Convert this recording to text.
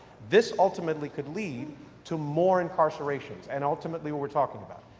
this ultimately could lead to more incarcerations. and ultimately we're we're talking about.